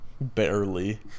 barely